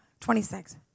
26